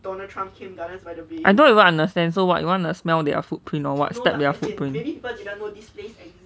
I don't even understand so what you wanna smell their footprint or what step their footprint